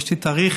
יש לי תאריך